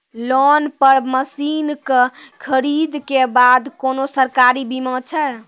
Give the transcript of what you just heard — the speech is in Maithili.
लोन पर मसीनऽक खरीद के बाद कुनू सरकारी बीमा छै?